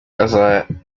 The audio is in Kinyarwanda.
azerekeza